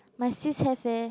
my sis have eh